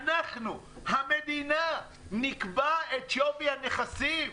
אנחנו, המדינה נקבע את שווי הנכסים.